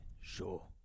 sure